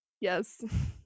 Yes